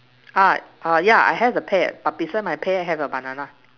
ah err yeah I have the pear but beside my pear have a banana